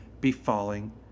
befalling